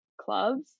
clubs